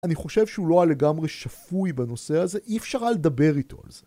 אני חושב שהוא לא היה לגמרי שפוי בנושא הזה, אי אפשר היה לדבר איתו על זה